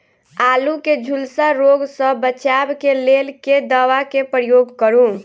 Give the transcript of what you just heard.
आलु केँ झुलसा रोग सऽ बचाब केँ लेल केँ दवा केँ प्रयोग करू?